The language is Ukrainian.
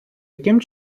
яким